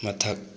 ꯃꯊꯛ